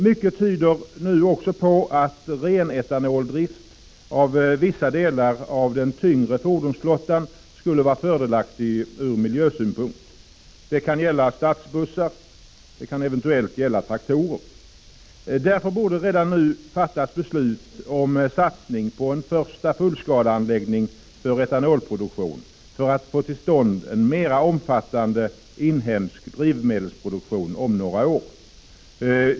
Mycket tyder också på att renetanoldrift av vissa delar av den tyngre fordonsflottan skulle vara fördelaktig ur miljösynpunkt. Det kan gälla stadsbussar och eventuellt traktorer. Därför borde redan nu fattas beslut om satsning på en första fullskaleanläggning för etanolproduktion för att få till stånd en mera omfattande inhemsk drivmedelsproduktion om några år.